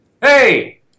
Hey